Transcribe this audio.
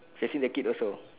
facing the kid also